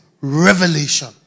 revelation